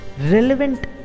relevant